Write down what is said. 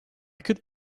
could